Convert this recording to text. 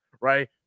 Right